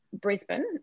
Brisbane